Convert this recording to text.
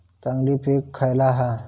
चांगली पीक खयला हा?